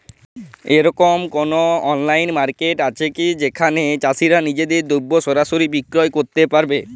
এরকম কোনো online market আছে কি যেখানে চাষীরা নিজেদের দ্রব্য সরাসরি বিক্রয় করতে পারবে?